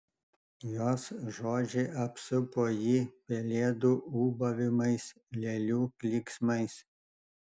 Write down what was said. jos žodžiai apsupo jį pelėdų ūbavimais lėlių klyksmais